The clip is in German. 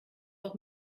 auch